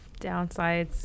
downsides